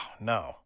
no